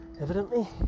Evidently